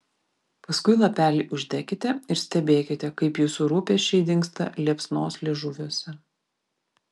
paskui lapelį uždekite ir stebėkite kaip jūsų rūpesčiai dingsta liepsnos liežuviuose